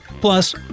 Plus